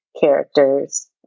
characters